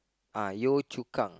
uh Yio-Chu-Kang